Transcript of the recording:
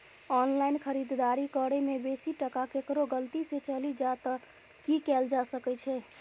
Online खरीददारी करै में बेसी टका केकरो गलती से चलि जा त की कैल जा सकै छै?